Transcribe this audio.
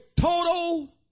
total